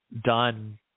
done